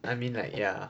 I mean like yeah